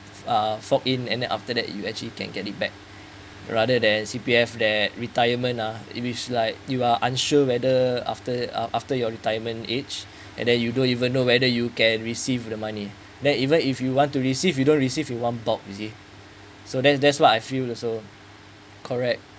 uh fork in and then after that you actually can get it back rather than C_P_F that retirement uh it's like you are unsure whether after uh after your retirement age and then you don't even know whether you can receive the money then even if you want to receive you don't receive you want bob you see so that's that's what I feel also correct